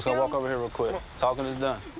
so walk over here real quick. talking is done.